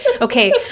okay